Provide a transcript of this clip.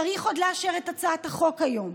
צריך עוד לאשר את הצעת החוק היום.